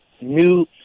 new